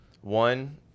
one